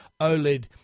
OLED